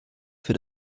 für